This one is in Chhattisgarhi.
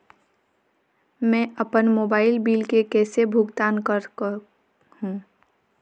मैं अपन मोबाइल बिल के कैसे भुगतान कर हूं?